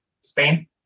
Spain